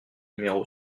numéro